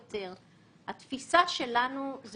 התפישה שלנו זה